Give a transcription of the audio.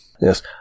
Yes